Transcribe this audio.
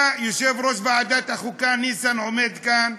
אתה, יושב-ראש ועדת החוקה, ניסן, עומד כאן,